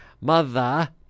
mother